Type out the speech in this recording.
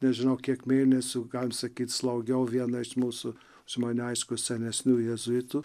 nežinau kiek mėnesių galim sakyt slaugiau vieną iš mūsų už mane aišku senesnių jėzuitų